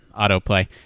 autoplay